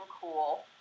cool